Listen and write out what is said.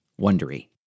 Wondery